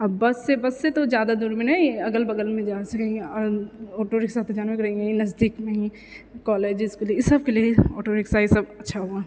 आ बससँ बससँ तऽ जादा दूरमे नहि अगल बगलमे जा सकैए आँटो रिक्शा तऽ जानबे करै है यहाँ नजदिकमे ही कॉलेज इसकुल ई सब केलिऐ आँटो रिक्शा अच्छा हौ आ